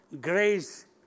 Grace